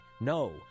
No